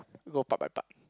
we go part by part